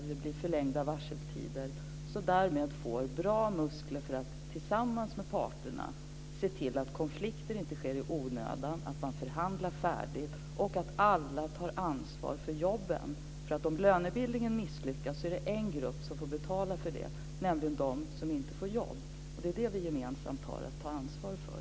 Det blir förlängda varseltider. Därmed får institutet bra muskler för att tillsammans med parterna se till att konflikter inte sker i onödan. Man ska förhandla färdigt, och alla tar ansvar för jobben. Om lönebildningen misslyckas är det en grupp som får betala för det, nämligen de som inte får jobb, och det är det som vi gemensamt har att ta ansvar för.